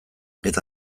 eta